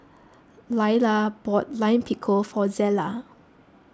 Laila bought Lime Pickle for Zella